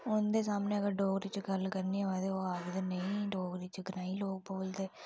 उं'दे सामने अगर डोगरी च गल्ल करनी होऐ ते ओह् आखदे डोगरी च कनेही लोक बोलदे